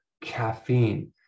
caffeine